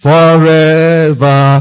Forever